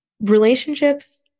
relationships